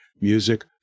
music